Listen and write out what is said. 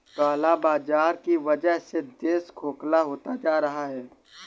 काला बाजार की वजह से देश खोखला होता जा रहा है